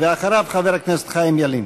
אחריו, חבר הכנסת חיים ילין.